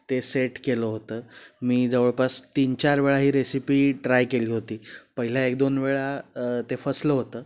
ते सेट केलं होतं मी जवळपास तीन चार वेळा ही रेसिपी ट्राय केली होती पहिल्या एक दोन वेळा ते फसलं होतं